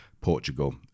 portugal